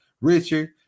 Richard